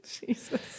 Jesus